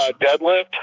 deadlift